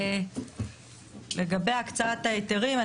לגבי הקצאת ההיתרים,